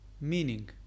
meaning